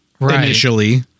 initially